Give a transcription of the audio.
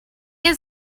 has